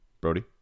Brody